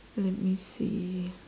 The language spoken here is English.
let me see